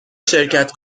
شرکت